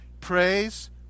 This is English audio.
Praise